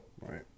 right